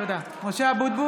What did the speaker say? (קוראת בשמות חברי הכנסת) משה אבוטבול,